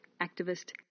activist